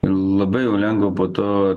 labai jau lengva po to